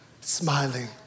smiling